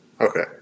Okay